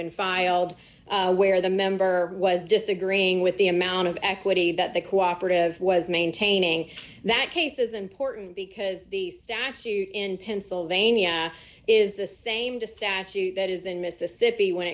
been filed where the member was disagreeing with the amount of equity that the cooperative was maintaining that case is important because the statute in pennsylvania is the same to statute that is in mississippi when